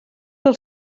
del